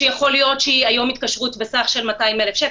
כשיכול להיות שהיום היא התקשרות בסך של 200,000 שקל,